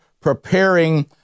preparing